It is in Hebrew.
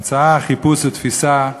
המצאה, חיפוש ותפיסה,